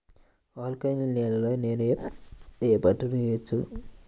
Alkaline నేలలో నేనూ ఏ పంటను వేసుకోవచ్చు?